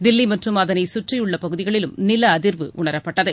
தில்லி மற்றும் அதனை சுற்றியுள்ள பகுதிகளிலும் நில அதிர்வு உணரப்பட்டது